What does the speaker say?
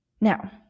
Now